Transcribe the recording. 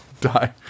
Die